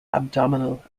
abdominal